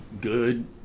good